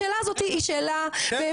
השאלה הזאת היא שאלה באמת,